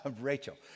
Rachel